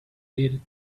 little